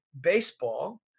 baseball